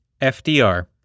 fdr